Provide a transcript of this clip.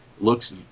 looks